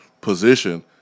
position